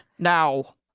Now